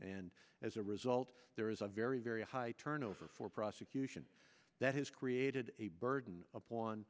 and as a result there is a very very high turnover for prosecution that has created a burden